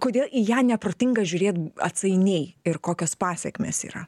kodėl į ją neprotinga žiūrėt atsainiai ir kokios pasekmės yra